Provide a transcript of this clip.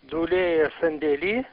dūlėja sandėly